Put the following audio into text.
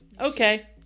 Okay